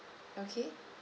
okay